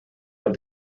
have